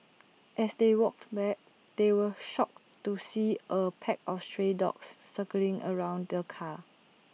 as they walked back they were shocked to see A pack of stray dogs circling around the car